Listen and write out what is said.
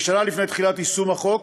כשנה לפני תחילת יישום החוק.